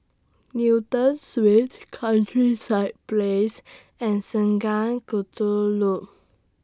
Newton Suites Countryside Place and Sungei Kadut Loop